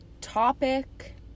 topic